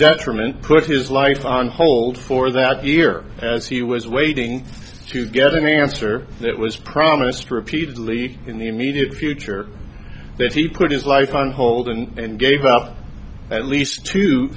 detriment put his life on hold for that year as he was waiting to get an answer that was promised repeatedly in the immediate future that he put his life on hold and gave up at least t